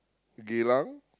Geylang